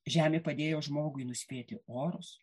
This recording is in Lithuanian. žemė padėjo žmogui nuspėti orus